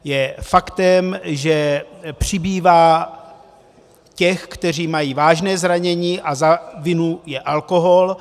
Je faktem, že přibývá těch, kteří mají vážné zranění, a za vinu je alkohol.